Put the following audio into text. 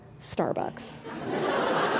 Starbucks